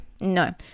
No